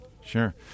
sure